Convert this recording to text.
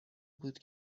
بود